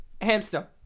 hamster